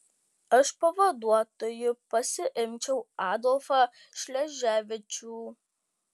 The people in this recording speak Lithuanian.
aš pavaduotoju pasiimčiau adolfą šleževičių